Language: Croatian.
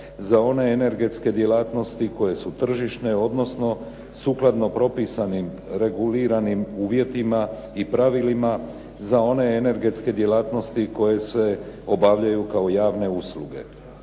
za one energetske djelatnosti koje su tržišne, odnosno sukladno propisanim reguliranim uvjetima i pravilima za one energetske djelatnosti koje se obavljaju kao javne usluge.